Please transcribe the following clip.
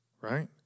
Right